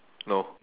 no